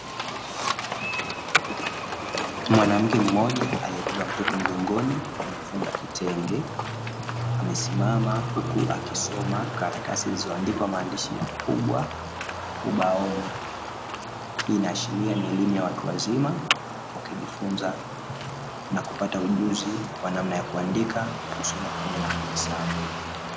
Mwanamke mmoja aliyebeba mtoto mgongoni kwa kumfunga kitenge amesimama huku akisoma karatasi zilizoandikwa maandishi makubwa ubaoni, hii inaashiria ni elimu ya watu wazima wakijifunza na kupata ujuzi wa namna ya kuandika, kusoma, pamoja na kuhesabu.